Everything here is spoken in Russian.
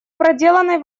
проделанной